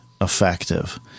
effective